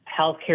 healthcare